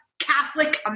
Catholic